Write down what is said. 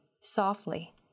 softly